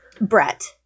Brett